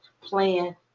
plan